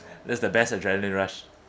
that's the best adrenaline rush